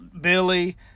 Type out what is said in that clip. Billy